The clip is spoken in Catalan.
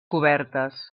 cobertes